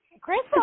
crystal